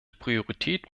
priorität